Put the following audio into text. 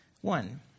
One